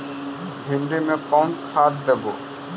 भिंडी में कोन खाद देबै?